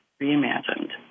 Reimagined